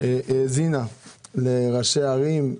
והאזינה לראשי ערים,